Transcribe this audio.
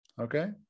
okay